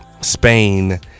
Spain